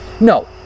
No